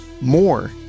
more